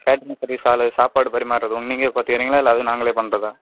catering service ஆள் சாப்பாடு பரிமார்றதும் நீங்களே பார்த்துக்கறீங்களா இல்லை அதுவும் நாங்களே பண்ணுறதா